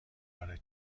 وارد